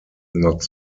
not